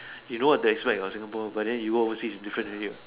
you know what to expect ah in Singapore but then you work overseas its different already